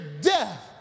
death